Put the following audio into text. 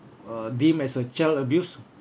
uh deem as a child abuse